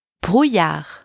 brouillard